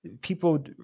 people